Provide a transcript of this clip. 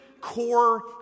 core